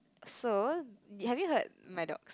so have you heard my dog's